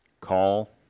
Call